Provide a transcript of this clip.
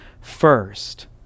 first